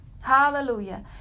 Hallelujah